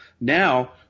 now